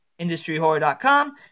industryhorror.com